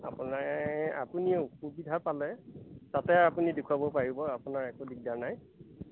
আপোনাৰ আপুনি অসুবিধা পালে তাতে আপুনি দেখুৱাব পাৰিব আপোনাৰ একো দিগদাৰ নাই